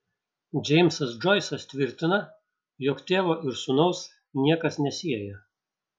džeimsas džoisas tvirtina jog tėvo ir sūnaus niekas nesieja